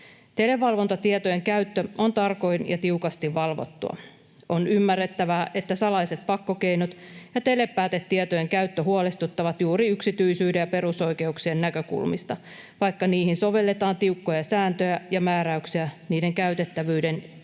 Televalvontatietojen käyttö on tarkoin ja tiukasti valvottua. On ymmärrettävää, että salaiset pakkokeinot ja telepäätetietojen käyttö huolestuttavat juuri yksityisyyden ja perusoikeuksien näkökulmasta, vaikka niihin sovelletaan tiukkoja sääntöjä ja määräyksiä niiden käytettävyyden ja